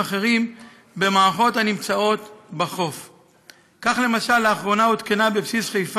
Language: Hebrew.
הרקת מי השיפוליים באופן שיפחית ככל האפשר את זיהום